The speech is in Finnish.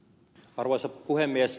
arvoisa puhemies